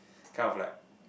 kind of like